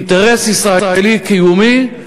אינטרס ישראלי קיומי.